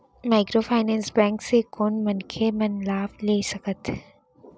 Microfinance bank से कोन मनखे मन लाभ ले सकथे?